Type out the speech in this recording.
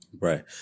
Right